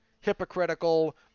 hypocritical